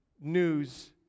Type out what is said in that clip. news